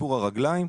סיפור הרגליים.